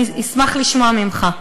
אני אשמח לשמוע ממך.